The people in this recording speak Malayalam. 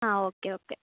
ആ ഓക്കെ ഓക്കെ